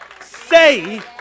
say